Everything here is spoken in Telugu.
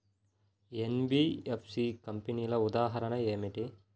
ఎన్.బీ.ఎఫ్.సి కంపెనీల ఉదాహరణ ఏమిటి?